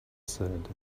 said